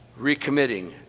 Recommitting